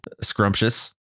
scrumptious